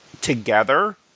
together